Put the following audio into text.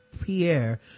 pierre